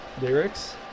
lyrics